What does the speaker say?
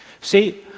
See